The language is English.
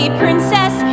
princess